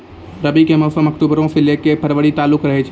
रबी के मौसम अक्टूबरो से लै के फरवरी तालुक रहै छै